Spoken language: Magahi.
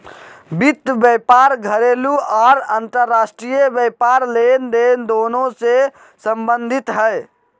वित्त व्यापार घरेलू आर अंतर्राष्ट्रीय व्यापार लेनदेन दोनों से संबंधित हइ